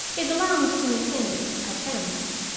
it belongs to miss emily, i fancy.